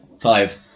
Five